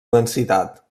densitat